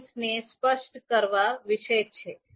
names ને સ્પષ્ટ કરવા વિશે છે